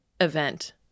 event